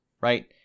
right